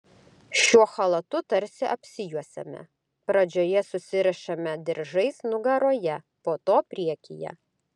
šiuo chalatu tarsi apsijuosiame pradžioje susirišame diržais nugaroje po to priekyje